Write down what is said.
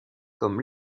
comme